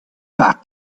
par